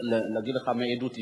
אני יכול להגיד לך מעדות אישית,